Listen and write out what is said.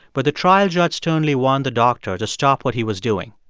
but the trial judge sternly warned the doctor to stop what he was doing.